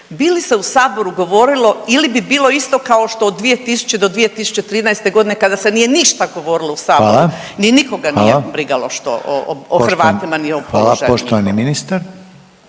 bi li se u Saboru govorilo ili bi bilo isto kao što od 2000. do 2013. godine kada se nije ništa govorilo u Saboru ni nikoga nije brigalo što, o Hrvatima ni o položaju njihovom. **Reiner,